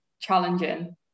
challenging